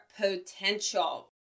potential